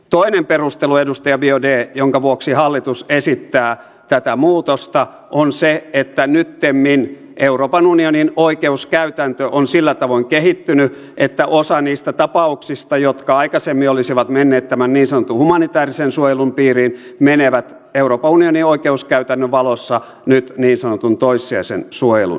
toinen perustelu edustaja biaudet jonka vuoksi hallitus esittää tätä muutosta on se että nyttemmin euroopan unionin oikeuskäytäntö on sillä tavoin kehittynyt että osa niistä tapauksista jotka aikaisemmin olisivat menneet tämän niin sanotun humanitäärisen suojelun piiriin menevät euroopan unionin oikeuskäytännön valossa nyt niin sanotun toissijaisen suojelun piiriin